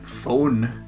phone